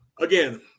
again